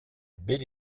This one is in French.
belle